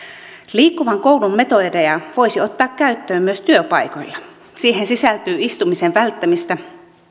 liikkuvan koulun metodeja voisi ottaa käyttöön myös työpaikoilla siihen sisältyy istumisen välttämistä